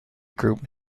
group